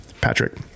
Patrick